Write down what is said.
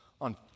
on